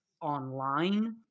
online